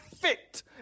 fit